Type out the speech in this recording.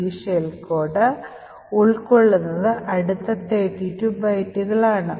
ഈ shell code ഉൾക്കൊള്ളുന്നത് അടുത്ത 32 ബൈറ്റുകൾ ആണ്